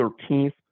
Thirteenth